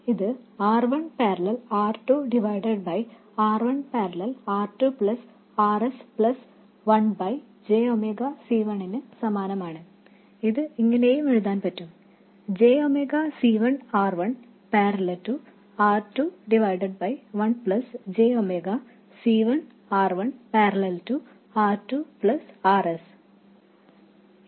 ഇത് R 1 parallel R 2 divided by R 1 parallel R 2 plus R s plus one by j omega C 1 നു സമാനമാണ് ഇത് ഇങ്ങനെയും എഴുതാൻ പറ്റും j omega C 1 R 1 parallel R 2 divided by 1 plus j omega C 1 R 1 parallel R 2 plus R s